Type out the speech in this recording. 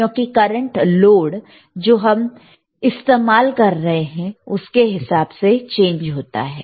क्योंकि current load जो हम इस्तेमाल कर रहे हैं उसके हिसाब से चेंज होता है